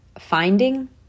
Finding